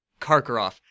Karkaroff